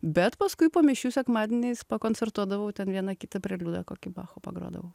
bet paskui po mišių sekmadieniais pakoncertuodavau ten vieną kitą preliudą kokį bacho pagrodavau